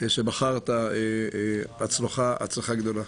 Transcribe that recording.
שבחרת הצלחה גדולה.